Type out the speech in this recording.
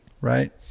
right